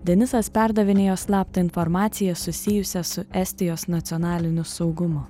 denisas perdavinėjo slaptą informaciją susijusią su estijos nacionaliniu saugumu